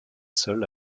seule